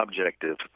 objective